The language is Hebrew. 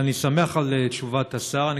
אני מאפס את השעון.